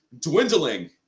dwindling